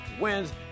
wins